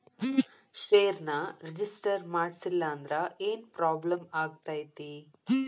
ಷೇರ್ನ ರಿಜಿಸ್ಟರ್ ಮಾಡ್ಸಿಲ್ಲಂದ್ರ ಏನ್ ಪ್ರಾಬ್ಲಮ್ ಆಗತೈತಿ